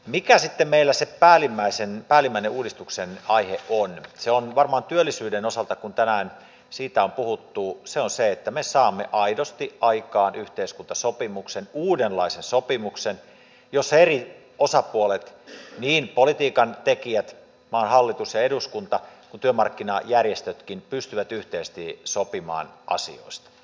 mikä sitten meillä se päällimmäinen uudistuksen aihe on se on varmaan työllisyyden osalta kun tänään siitä on puhuttu se että me saamme aidosti aikaan yhteiskuntasopimuksen uudenlaisen sopimuksen jossa eri osapuolet niin politiikantekijät maan hallitus ja eduskunta kuin työmarkkinajärjestötkin pystyvät yhteisesti sopimaan asioista